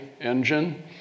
engine